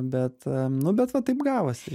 bet nu bet va taip gavosi